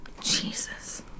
Jesus